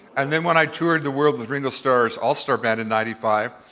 and then when i toured the world with ringo starr's all star band in ninety five,